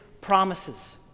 promises